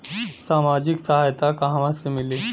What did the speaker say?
सामाजिक सहायता कहवा से मिली?